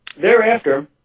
thereafter